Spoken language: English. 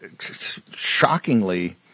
shockingly